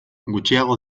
gutxiago